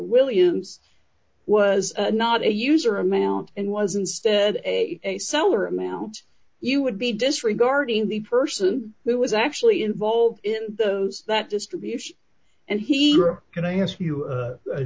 williams was not a user amount and was instead a seller amount you would be disregarding the person who was actually involved in those that distribution and he can i ask you a